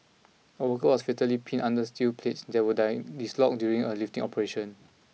a worker was fatally pinned under steel plates that were dislodged during a lifting operation